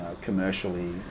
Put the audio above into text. commercially